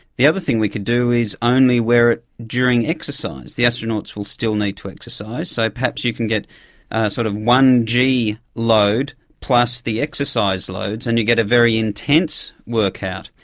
the other thing we could do is only wear it during exercise. the astronauts will still need to exercise, so perhaps you can get a sort of one g load plus the exercise loads and you get a very intense workout.